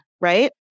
right